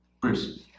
Bruce